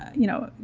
you know,